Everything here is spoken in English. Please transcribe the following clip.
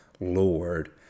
Lord